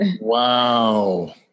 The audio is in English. Wow